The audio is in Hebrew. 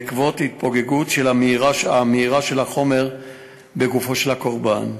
בעקבות ההתפוגגות המהירה של החומר בגופו של הקורבן,